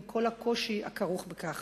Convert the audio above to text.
עם כל הקושי הכרוך בכך.